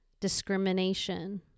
discrimination